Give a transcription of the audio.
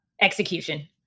execution